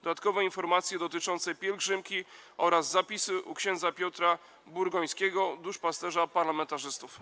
Dodatkowe informacje dotyczące pielgrzymki oraz zapisy - u ks. Piotra Burgońskiego, duszpasterza parlamentarzystów.